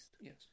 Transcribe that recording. Yes